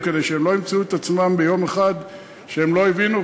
כדי שהם לא ימצאו את עצמם ביום אחד שהם לא יבינו,